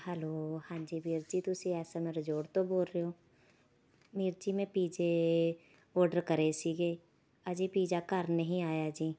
hello ਹਾਂਜੀ ਵੀਰ ਜੀ ਤੁਸੀਂ ਇਸ ਸਮੇਂ ਰੀਜੋਟ ਤੋਂ ਬੋਲ ਰਹੇ ਹੋ ਵੀਰ ਜੀ ਮੈਂ ਪੀਜ਼ੇ ਔਡਰ ਕਰੇ ਸੀਗੇ ਅਜੇ ਪੀਜ਼ਾ ਘਰ ਨਹੀਂ ਆਇਆ ਜੀ